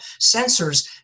sensors